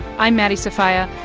i'm maddie sofia.